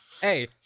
Hey